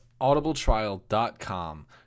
audibletrial.com